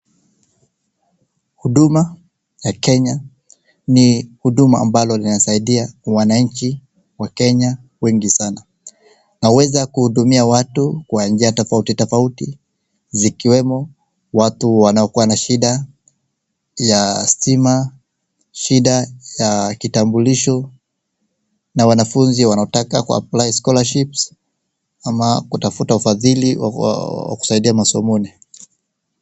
Huduma ya Kenya ni huduma ambalo linasaidia wananchi wa Kenya wengi sana. Naweza kuhudumia watu kwa njia tofauti tofauti, zikiwemo watu wanaokuwa na shida ya stima, shida ya kitambulisho, na wanafunzi wanaotaka kuapply scholarships ama kutafuta ufadhili wa kuwasaidia masomoni.